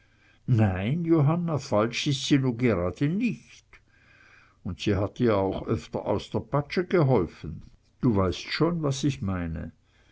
nein johanna falsch is sie nu grade nich und sie hat dir auch öfter aus der patsche geholfen du weißt schon was ich meine